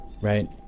right